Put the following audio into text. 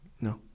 No